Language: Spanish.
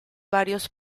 varios